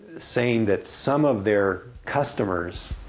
saying that some of their customers